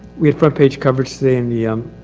we had front page coverage today in the